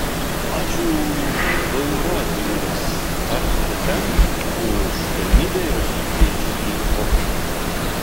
ačiū vu radijui start fm už galimybę įrašyti šį pokalbį